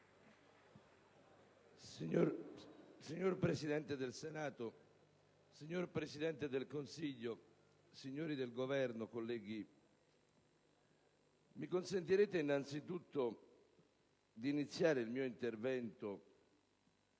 Signor Presidente del Senato, signor Presidente del Consiglio, signori del Governo, onorevoli colleghi, mi consentirete innanzitutto di iniziare il mio intervento